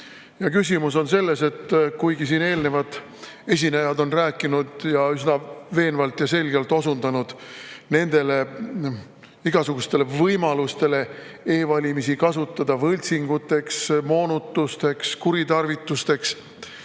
Küsimus on selles, et kuigi siin eelnevad esinejad on rääkinud ning üsna veenvalt ja selgelt osundanud igasugustele võimalustele kasutada e‑valimisi võltsinguteks, moonutusteks, kuritarvitusteks,